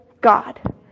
God